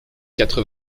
quatre